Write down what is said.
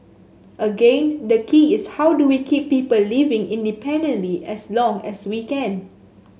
again the key is how do we keep people living independently as long as we can